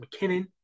McKinnon